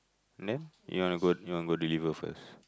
then you want to go you want to go deliver first